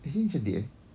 actually ni cantik eh